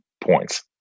points